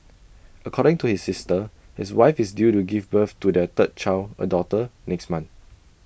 according to his sister his wife is due to give birth to their third child A daughter next month